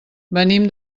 venim